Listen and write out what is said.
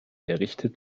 errichtet